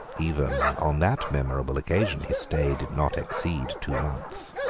even on that memorable occasion his stay did not exceed two months.